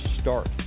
start